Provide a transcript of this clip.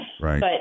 Right